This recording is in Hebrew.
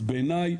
אז בעיניי,